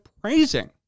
praising